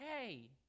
hey